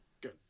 Good